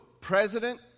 president